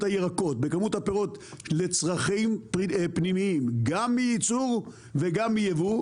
הירקות והפירות לצרכים פנימיים גם מייצור וגם מייבוא,